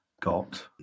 got